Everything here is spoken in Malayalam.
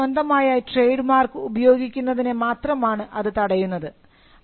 മറ്റുള്ളവരുടെ സ്വന്തമായ ട്രേഡ് മാർക്ക് ഉപയോഗിക്കുന്നതിനെ മാത്രമാണ് അത് തടയുന്നത്